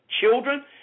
children